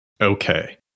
Okay